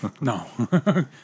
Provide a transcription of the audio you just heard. No